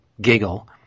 giggle